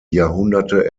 jahrhunderte